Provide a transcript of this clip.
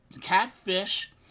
catfish